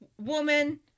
woman